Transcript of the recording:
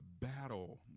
Battle